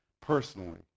personally